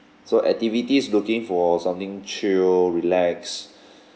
so activities looking for something chill relax